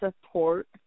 support